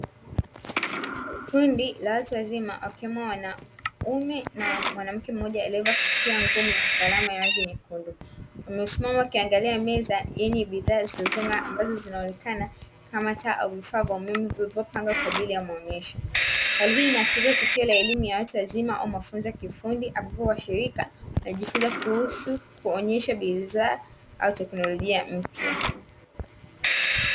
Kundi la watu wazima wakiwemo wanaume na mwanamke mmoja aliyevaa kofia ngumu ya usalama ya rangi nyekundu. Wamesimama wakiangalia meza yenye bidhaa zilizong'aa, ambazo zinaonekana kama taa au vifaa vya umeme vilivyopangwa kwa ajili ya maonyesho. Hali hii inaashiria tukio la elimu ya watu wazima au mafunzo ya kiufundi ambapo washirika wanajifunza kuhusu kuonyesha bidhaa au teknolojia mpya.